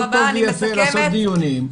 טוב ויפה לעשות דיונים,